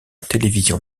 télévision